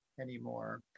anymore